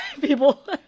people